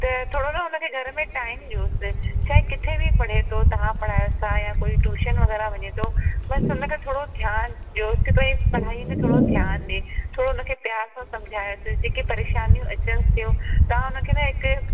त थोरो न हुनखे घर में टाइम ॾियोसि चाहे किथे बि पढ़े थो तव्हां पढ़ायोसि था या कोई ट्यूशन वग़ैरह वञे थो बसि हुनखे थोरो ध्यानु ॾियो की पढ़ाई में थोरो ध्यानु ॾिए थोरो हुनखे प्यार सां सम्झायोसि जेकी परेशानियूं अचनि थियूं तव्हां हुनखे न हिकु